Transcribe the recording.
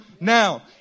now